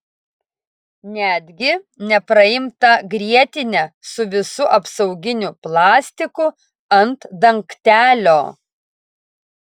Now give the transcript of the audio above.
netgi nepraimtą grietinę su visu apsauginiu plastiku ant dangtelio